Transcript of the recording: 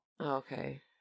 Okay